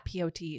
POT